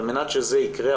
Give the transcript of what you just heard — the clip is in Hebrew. על מנת שזה יקרה,